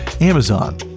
Amazon